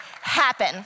happen